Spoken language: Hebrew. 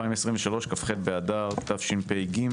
כ"ח באדר תשפ"ג.